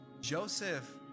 Joseph